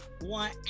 one